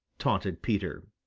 taunted peter.